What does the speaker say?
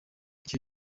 icyo